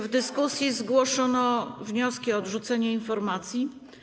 W dyskusji zgłoszono wniosek o odrzucenie informacji.